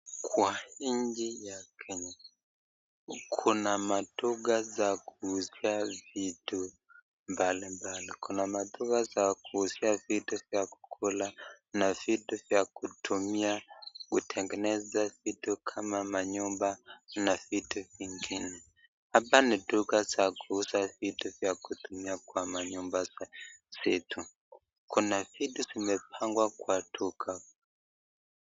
Kwa nchi ya Kenya kuna maduka za kuuzia vitu mbalimbali. Kuna maduka za kuuzia vitu vya kukula na vitu vya kutumia kutengeneza vitu kama manyumba na vitu vingine. Hapa ni duka za kuuza vitu vya kutumia kwa manyumba zetu, kuna vitu vimepangwa kwa duka.